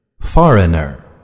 Foreigner